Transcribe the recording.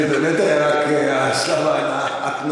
זה באמת היה רק שלב ההתנעה.